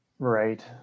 Right